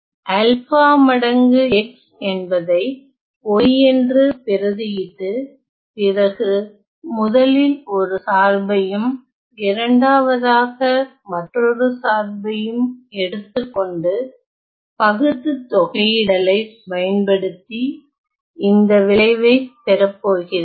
alpha மடங்கு x என்பதை y என்று பிரதிஇட்டு பிறகு முதலில் ஒரு சார்பையும் இரண்டாவதாக மற்றொரு சார்பையும் எடுத்துக் கொண்டு பகுத்து தொகையிடலை பயன்படுத்தி இந்த விளைவை பெறப் போகிறேன்